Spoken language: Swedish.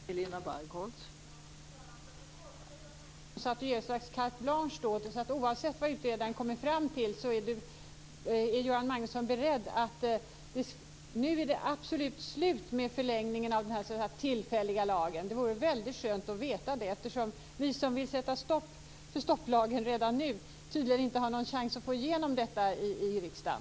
Fru talman! Jag tolkar detta som att Göran Magnusson lämnar ett carte blanche. Oavsett vad utredaren kommer fram till är Göran Magnusson beredd att säga att det nu är absolut slut med förlängningen av den tillfälliga lagen. Det vore väldigt skönt att veta det, eftersom vi som vill sätta stopp för stopplagen redan nu tydligen inte har någon chans att få igenom detta i riksdagen.